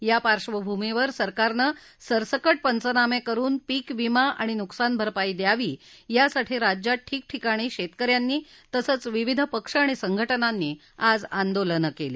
या पार्श्वभूमीवर सरकारनं सरसकट पंचनामे करुन पीक विमा आणि नुकसान भरपाई द्यावी यासाठी राज्यात ठिकठिकाणी शेतक यांनी तसंच विविध पक्ष आणि संघटनांनी आज आंदोलनं केली